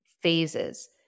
phases